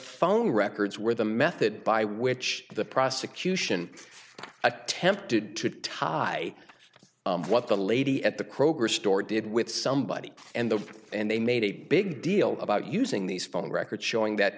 phone records where the method by which the prosecution attempted to tie what the lady at the kroger store did with somebody and the and they made a big deal about using these phone records showing that